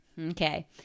Okay